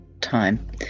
time